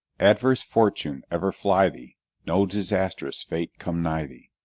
adverse fortune ever fly thee no disastrous fate come nigh thee!